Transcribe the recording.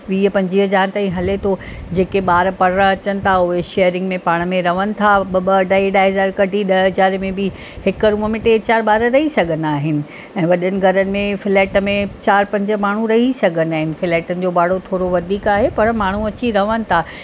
वीह पंजवीह हज़ार ताईं हले थो जेके ॿार पढ़णु अचनि था उहे शेयरिंग में पाण में रहनि था ॿ ॿ अढाई अढाई हज़ार कढी ॾहें हज़ारें में बि हिक रूम में टे चार ॿार रही सघंदा आहिनि ऐं वॾनि घरनि में फ्लॅट में चार पंज माण्हू रही सघंदा आहिनि फिलॅटनि जो भाड़ो थोरो वधीक आहे पर माण्हू अची रहनि था